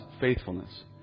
faithfulness